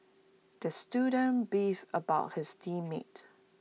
the student beefed about his team mates